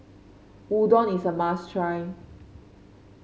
udon is a must try